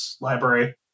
library